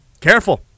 Careful